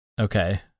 okay